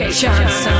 chance